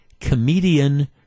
comedian